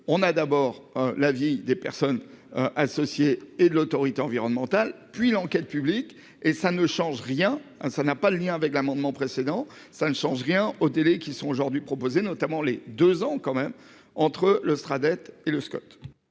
on a d'abord la vie des personnes. Associées et de l'autorité environnementale puis l'enquête publique, et ça ne change rien, ça n'a pas le lien avec l'amendement précédent. Ça ne change rien au télé qui sont aujourd'hui proposées notamment les deux ans quand même entre l'Austra dette et le Scott.